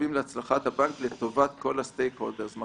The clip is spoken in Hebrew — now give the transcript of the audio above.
מחויבים להצלחת הבנק לטובת כל ה-stakeholders.